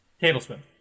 tablespoon